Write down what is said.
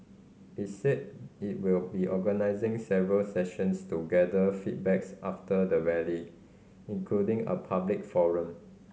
it said it will be organising several sessions to gather feedbacks after the Rally including a public forum